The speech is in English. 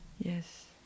yes